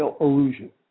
illusion